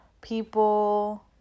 people